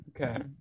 Okay